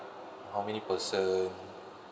how many person